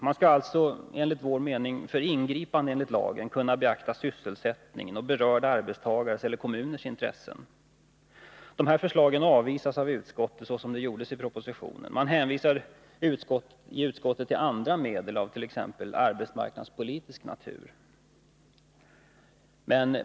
Man skall alltså enligt vår mening för ingripande enligt lagen kunna beakta sysselsättningen och berörda arbetstagares eller kommuners intressen. Dessa förslag avvisas av utskottet, liksom också skedde i propositionen. Utskottet hänvisar till andra medel av t.ex. arbetsmarknadspolitisk natur.